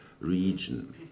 region